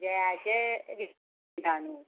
जयाचे विकता तांदूळ